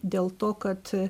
dėl to kad